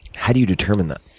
how do you determine that?